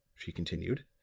she continued,